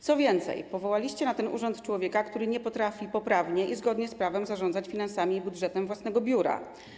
Co więcej, powołaliście na ten urząd człowieka, który nie potrafi poprawnie i zgodnie z prawem zarządzać finansami i budżetem własnego biura.